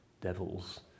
devils